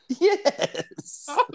Yes